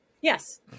Yes